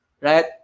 right